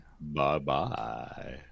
Bye-bye